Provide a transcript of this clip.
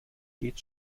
geht